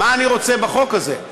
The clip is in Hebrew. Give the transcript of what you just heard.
מה אני רוצה בחוק הזה?